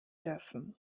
dürfen